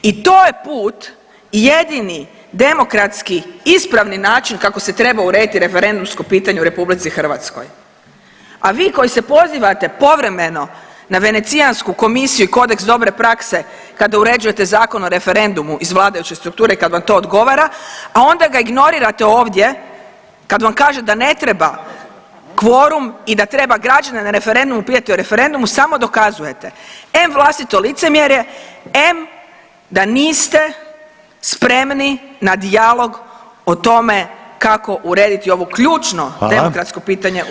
I to je put i jedini demokratski ispravni način kako se treba urediti referendumsko pitanje u RH, a vi koji se pozivate povremeno na Venecijansku komisiju i Kodeks dobre prakse kada uređujete Zakon o referendumu iz vladajuće strukture, kad vam to odgovara, a onda ga ignorirate ovdje kad vam kažem da ne treba kvorum i da treba građane na referendumu pitati o referendumu, samo dokazuje em vlastito licemjerje, em da niste spremni na dijalog o tome kako urediti ovo ključno [[Upadica: Hvala.]] demokratsko pitanje u RH.